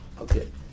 Okay